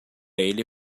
ele